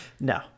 No